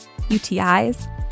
UTIs